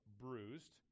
bruised